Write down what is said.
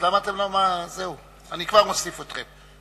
אני כבר מוסיף אתכם.